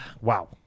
Wow